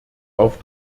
auf